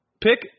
pick